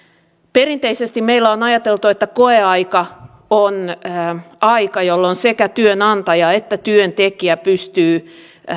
perinteisesti meillä on ajateltu että koeaika on aika jolloin sekä työnantaja että työntekijä pystyvät